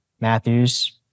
matthews